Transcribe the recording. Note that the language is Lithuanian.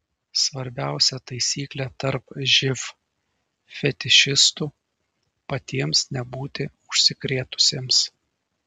svarbiausia taisyklė tarp živ fetišistų patiems nebūti užsikrėtusiems